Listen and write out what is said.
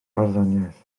barddoniaeth